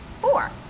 four